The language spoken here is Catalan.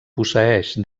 posseeix